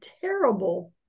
terrible